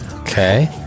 Okay